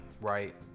right